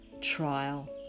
trial